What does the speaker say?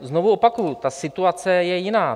Znovu opakuji, ta situace je jiná.